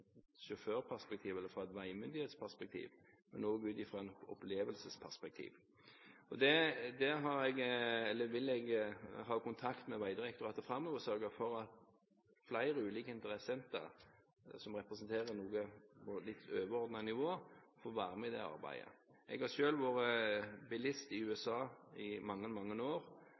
sjåførperspektiv eller fra et veimyndighetsperspektiv, men også ut fra et opplevelsesperspektiv. Jeg vil ha kontakt med Vegdirektoratet framover og sørge for at flere ulike interessenter, som representerer noe på et litt overordnet nivå, får være med i det arbeidet. Jeg har selv vært bilist i USA i mange, mange år